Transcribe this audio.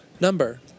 number